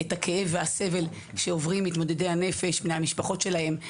את הכאב ואת הסבל שעוברים מתמודדי הנפש ובני המשפחות שלהם,